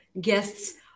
guests